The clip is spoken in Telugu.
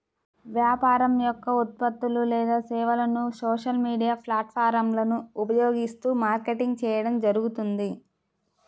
వ్యాపారం యొక్క ఉత్పత్తులు లేదా సేవలను సోషల్ మీడియా ప్లాట్ఫారమ్లను ఉపయోగిస్తూ మార్కెటింగ్ చేయడం జరుగుతుంది